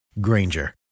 Granger